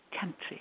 country